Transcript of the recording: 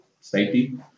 safety